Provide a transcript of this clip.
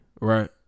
right